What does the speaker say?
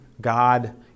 god